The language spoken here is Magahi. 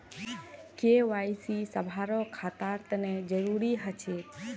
के.वाई.सी सभारो खातार तने जरुरी ह छेक